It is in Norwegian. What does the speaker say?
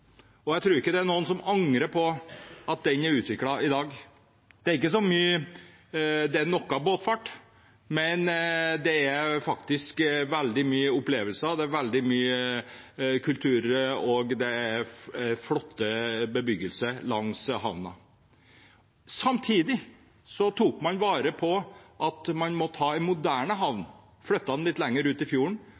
Jeg tror ikke det er noen som angrer på at den er utviklet i dag. Det er noe båtfart, men det er også veldig mye opplevelser, kultur og flott bebyggelse langs havnen. Samtidig tok man vare på ønsket om å ha en moderne havn. Man flyttet den litt lenger ut i fjorden